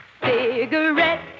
cigarette